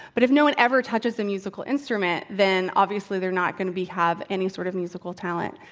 but if no one ever touches a musical instrument, then, obviously, they're not going to be have any sort of musical talent.